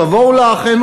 תבואו לאחינו,